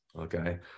okay